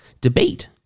debate